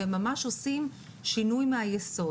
והם ממש עושים שינוי מהיסוד.